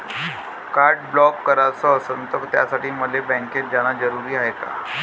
Card block कराच असनं त त्यासाठी मले बँकेत जानं जरुरी हाय का?